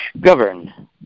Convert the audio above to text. govern